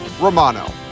Romano